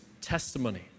testimony